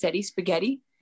spaghetti